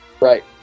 Right